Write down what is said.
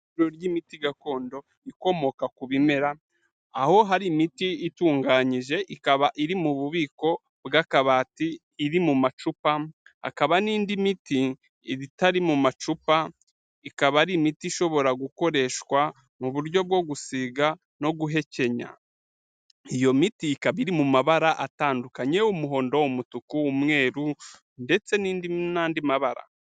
Ihuriro ry'imiti gakondo ikomoka ku bimera aho hari imiti itunganyije ikaba iri mu bubiko bw'akabati, iri mu macupa hakaba n'indi miti iba itari mu macupa, ikaba ari imiti ishobora gukoreshwa mu buryo bwo gusiga no guhekenya. Iyo miti ikaba iri mu mabara atandukanye umuhondo, umutuku, umweru ndetse n'andi mabara.